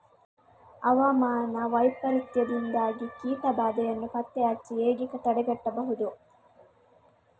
ಹವಾಮಾನ ವೈಪರೀತ್ಯದಿಂದಾಗಿ ಕೀಟ ಬಾಧೆಯನ್ನು ಪತ್ತೆ ಹಚ್ಚಿ ಹೇಗೆ ತಡೆಗಟ್ಟಬಹುದು?